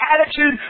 attitude